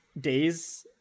days